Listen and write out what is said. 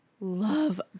love